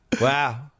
Wow